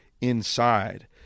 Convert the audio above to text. inside